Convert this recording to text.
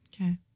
okay